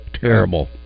terrible